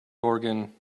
organ